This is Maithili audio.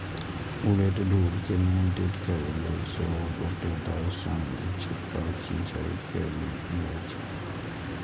उड़ैत धूल कें नियंत्रित करै लेल सेहो रोटेटर सं छिड़काव सिंचाइ कैल जाइ छै